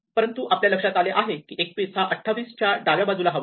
परंतु आपल्या लक्षात आले आहे की 21 हा 28 च्या डाव्या बाजूला हवा